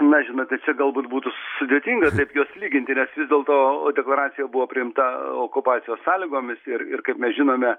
na žinote čia galbūt būtų sudėtinga taip juos lyginti nes vis dėlto deklaracija buvo priimta okupacijos sąlygomis ir ir kaip mes žinome